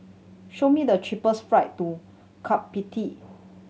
show me the cheapest flight to Kiribati